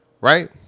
Right